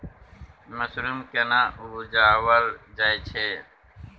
Mushroom केना उबजाबल जाय छै?